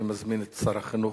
אני מזמין את שר החינוך,